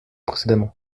précédemment